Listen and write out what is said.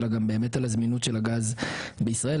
אלא גם על הזמינות של הגז בישראל.